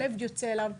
הלב יוצא אליו,